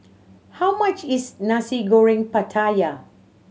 how much is Nasi Goreng Pattaya